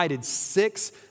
six